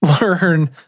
learn